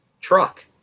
Truck